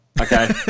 Okay